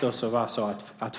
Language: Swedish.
Då måste också